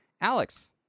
Alex